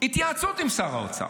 התייעצות עם שר האוצר,